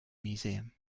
museum